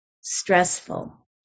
stressful